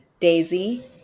daisy